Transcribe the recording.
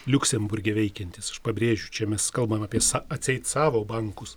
liuksemburge veikiantis aš pabrėžiu čia mes kalbame apie sa atseit savo bankus